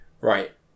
Right